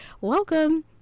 welcome